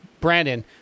Brandon